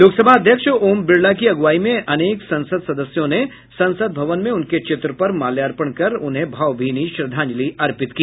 लोकसभा अध्यक्ष ओम बिड़ला की अग्रवाई में अनेक संसद सदस्यों ने संसद भवन में उनके चित्र पर माल्यार्पण कर उन्हें भावभीनी श्रद्धांजलि अर्पित की